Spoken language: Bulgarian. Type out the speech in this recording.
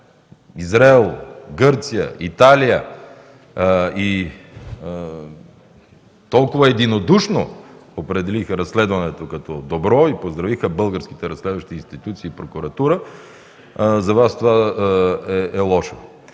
Израел, Гърция, Италия толкова единодушно определиха разследването като добро и поздравиха българските разследващи институции и прокуратура, за Вас това е лошо?!